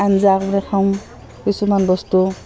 আঞ্জা কৰি খাওঁ কিছুমান বস্তু